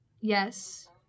Yes